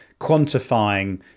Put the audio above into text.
quantifying